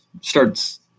starts